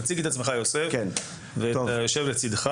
תציג את עצמך יוסף ואת היושב לצידך